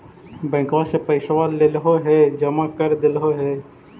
बैंकवा से पैसवा लेलहो है जमा कर देलहो हे?